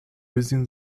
within